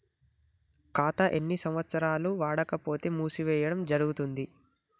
ఖాతా ఎన్ని సంవత్సరాలు వాడకపోతే మూసివేయడం జరుగుతుంది?